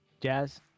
jazz